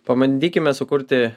pabandykime sukurti